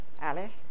Alice